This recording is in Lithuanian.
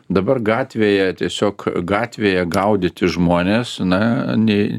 dabar gatvėje tiesiog gatvėje gaudyti žmones na nei